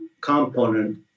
component